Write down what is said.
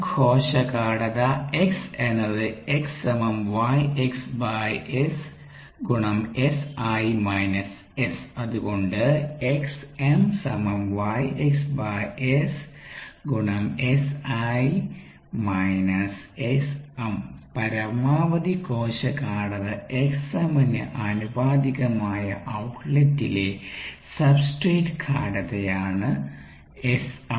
കോശ ഗാഢത x എന്നത് അത്കൊണ്ട് പരമാവധി കോശ ഗാഢത Xm ന് ആനുപാതികമായ ഔട്ട്ലെറ്റിലെ സബ്സ്റ്റ്റേറ്റ് ഗാഢത ആണ് Sm